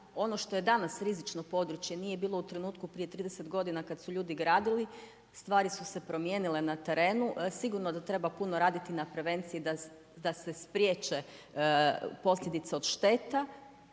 ono što je danas rizično područje, nije bilo u trenutku prije 30 g. kada su ljudi gradili, stvari su se promijenile na terenu. Sigurno da treba puno raditi na prevenciji, da se spriječe posljedice od šteta,